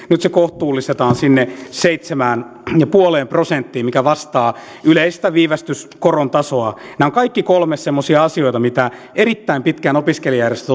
nyt se kohtuullistetaan seitsemään pilkku viiteen prosenttiin mikä vastaa yleistä viivästyskoron tasoa nämä ovat kaikki kolme semmoisia asioita mitä erittäin pitkään opiskelijajärjestöt